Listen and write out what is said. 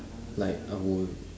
like I would